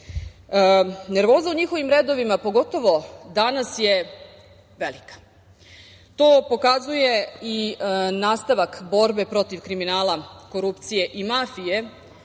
uče. Nervoza u njihovim redovima, pogotovo danas, je velika. To pokazuje i nastavak borbe protiv kriminala, korupcije i mafije